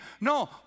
no